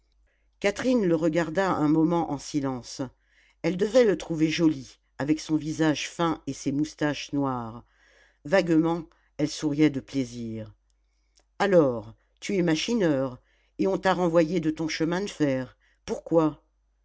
catherine le regarda un moment en silence elle devait le trouver joli avec son visage fin et ses moustaches noires vaguement elle souriait de plaisir alors tu es machineur et on t'a renvoyé de ton chemin de fer pourquoi